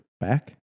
back